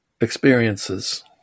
experiences